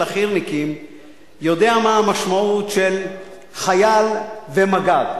החי"רניקים יודע מה המשמעות של חייל ומג"ד.